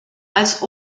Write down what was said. als